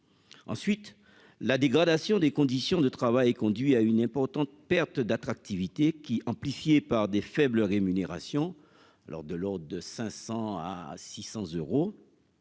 ensuite la dégradation des conditions de travail conduit à une importante perte d'attractivité qui amplifiée par des faibles rémunérations alors de l'ordre de 500 à 600 euros.